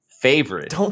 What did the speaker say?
favorite